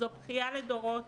זאת בכייה לדורות.